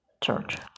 church